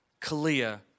Kalia